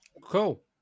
Cool